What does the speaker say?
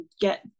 get